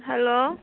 hello